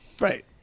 right